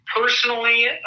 personally